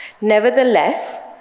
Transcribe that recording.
Nevertheless